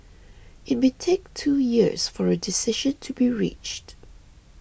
it may take two years for a decision to be reached